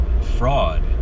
fraud